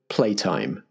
Playtime